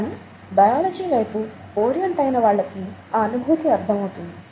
కానీ బయాలజీ వైపు ఓరియంట్ అయినా వాళ్లకి ఆ అనుభూతి అర్థం అవుతుంది